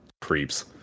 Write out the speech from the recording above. creeps